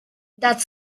that